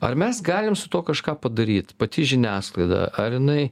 ar mes galim su tuo kažką padaryt pati žiniasklaida ar jinai